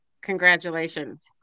Congratulations